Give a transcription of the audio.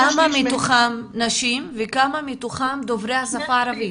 כמה מתוכם נשים וכמה מתוכם דוברי השפה הערבית?